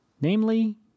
Namely